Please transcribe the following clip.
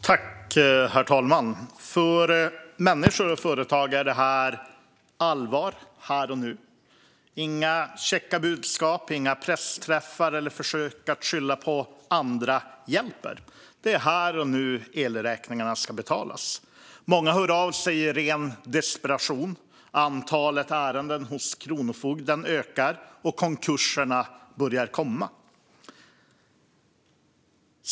Herr talman! För människor och företagare är det allvar här och nu. Inga käcka budskap, pressträffar eller försök att skylla på andra hjälper. Det är här och nu elräkningarna ska betalas. Många hör av sig i ren desperation. Antalet ärenden hos Kronofogden ökar, och konkurserna börjar att komma.